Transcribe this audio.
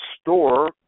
store